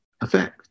effect